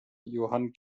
johann